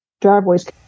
driveways